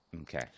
Okay